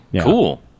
Cool